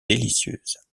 délicieuse